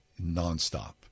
nonstop